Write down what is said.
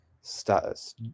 status